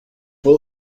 will